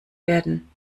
werden